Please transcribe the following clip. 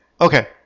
Okay